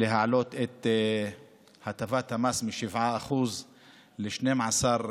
להעלות את הטבת המס מ-7% ל-12%,